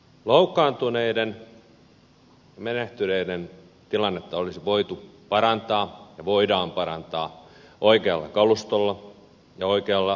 loukkaantuneiden ja menehtyneiden tilannetta olisi voitu parantaa ja voidaan parantaa oikealla kalustolla ja oikealla suojavarustuksella